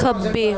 ਖੱਬੇ